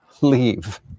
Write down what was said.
leave